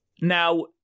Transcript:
Now